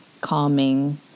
calming